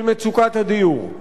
של מצוקת הדיור.